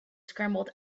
scrambled